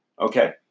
Okay